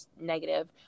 negative